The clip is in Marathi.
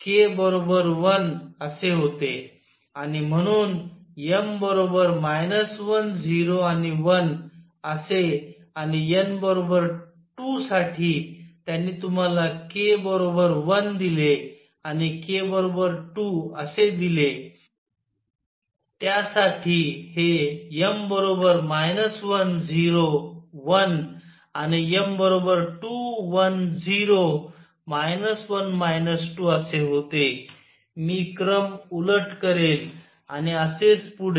आणि म्हणून m 1 0 आणि 1असे आणि n 2 साठी त्यांनी तुम्हाला k 1 दिले आणि k 2 असे दिले त्यासाठी हे m 1 0 1 आणि m 2 1 0 1 2 असे होते मी क्रम उलट करेल आणि असेच पुढे